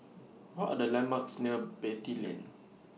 What Are The landmarks near Beatty Lane